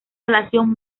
relación